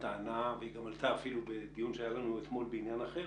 הטענה היא גם עלתה אפילו בדיון שהיה לנו בעניין אחר